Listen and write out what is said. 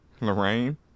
Lorraine